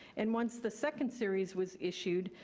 and once the second series was issued,